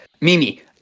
Mimi